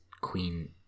queen